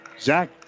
Zach